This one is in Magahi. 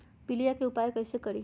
पीलिया के उपाय कई से करी?